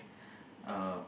uh